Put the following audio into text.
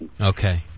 Okay